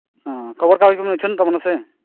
ᱦᱚᱸ ᱠᱷᱚᱵᱚᱨ ᱠᱟᱜᱚᱡᱽ ᱠᱚᱵᱮᱱ ᱩᱪᱷᱟᱹᱱ ᱛᱟᱵᱚᱱᱟ ᱥᱮ